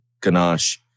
ganache